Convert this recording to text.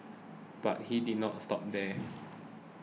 but he did not stop there